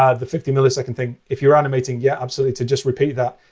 um the fifty millisecond thing if you're animating, yeah, absolutely, to just repeat that,